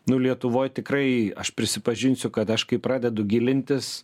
nu lietuvoj tikrai aš prisipažinsiu kad aš kai pradedu gilintis